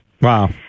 Wow